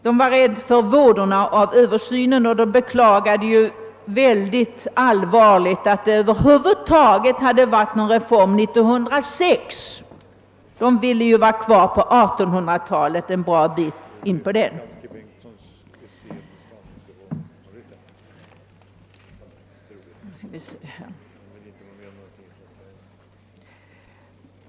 Den var rädd för vådorna av översynen och beklagade allvarligt att det över huvud taget hade skett en reform 1906. Den ville vara kvar en bra bit in på 1800-talet.